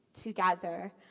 together